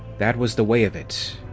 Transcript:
that was the way of it.